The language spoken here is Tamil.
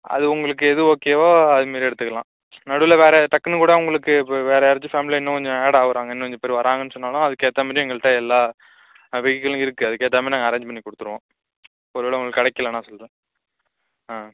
அது உங்களுக்கு எது ஓகேவோ அது மாரி எடுத்துக்கலாம் நடுவில் வேறு டக்குன்னு கூட உங்களுக்கு இப்போ வேறு யாராச்சும் ஃபேமிலியில இன்னும் கொஞ்சம் ஆட் ஆவறாங்க இன்னும் கொஞ்சம் பேர் வராங்கன்னு சொன்னாலும் அதுக்கேற்றா மாதிரி எங்கள்கிட்ட எல்லா வெகிக்களும் இருக்கு அதுக்கேற்றா மாதிரி நாங்கள் அரேஞ்ச் பண்ணி கொடுத்துருவோம் ஒரு வேளை உங்களுக்கு கிடக்கலன்னா சொல்கிறேன் ஆ